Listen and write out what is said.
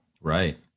Right